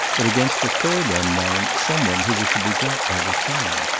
but against a third unknown, some one who was to be got out of town.